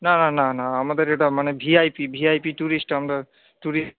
না না না না আমাদের এটা মানে V I P V I P tourist আমরা টুরিস্ট